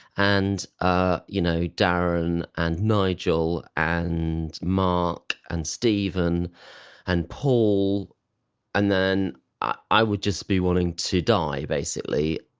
and, ah you know, darren and nigel and mark and stephen and paul and then i would just be willing to die basically,